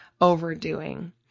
overdoing